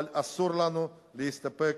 אבל אסור לנו להסתפק